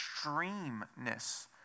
extremeness